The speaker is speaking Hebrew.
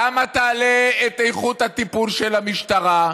כמה תעלה את איכות הטיפול של המשטרה,